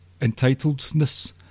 entitledness